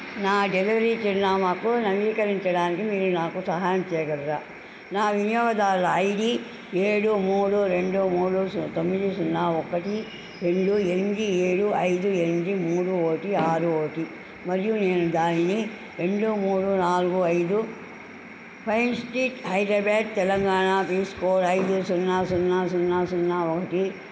నా డెలివరీ చిరునామాకు నవీకరించడానికి మీరు నాకు సహాయం చెయ్యగలరా నా వినియోగదారుల ఐడి ఏడు మూడు రెండు మూడు తొమ్మిది సున్నా ఒకటి రెండు ఎనిమిది ఏడు ఐదు ఎనిమిది మూడు ఒకటి ఆరు ఒకటి మరియు నేను దానిని రెండు మూడు నాలుగు ఐదు Pine Street Hyderabad Telangana pin code ఐదు సున్నా సున్నా సున్నా సున్నా ఒకటి